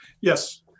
Yes